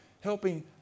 helping